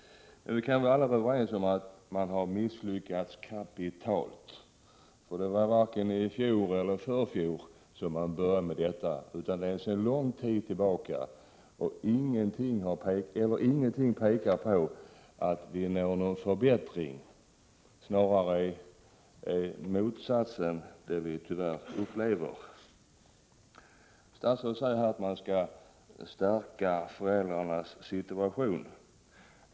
Vi kan väl alla vara överens om att man har misslyckats kapitalt. Det var varken i fjol eller i förfjol som detta började, utan det har pågått sedan lång tid tillbaka, och ingenting pekar på att det blir någon förbättring. Snarare upplever vi tyvärr motsatsen. Statsrådet säger att man skall ”stärka ——— föräldrarnas situation”.